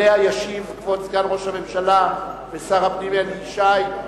שישיב עליה כבוד סגן ראש הממשלה ושר הפנים אלי ישי,